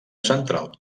central